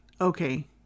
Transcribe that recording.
okay